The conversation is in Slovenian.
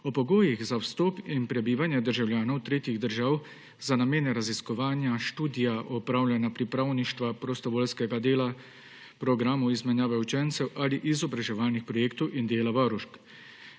o pogojih za vstop in prebivanje državljanov tretjih držav za namene raziskovanja, študija, opravljanja pripravništva, prostovoljskega dela, programov izmenjave učencev ali izobraževalnih projektov in dela varušk.